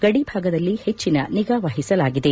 ಗಡಿಭಾಗದಲ್ಲಿ ಹೆಚ್ಚಿನ ನಿಗಾ ವಹಿಸಲಾಗಿದೆ